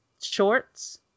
shorts